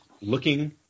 looking